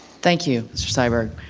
thank you, mr. syberg.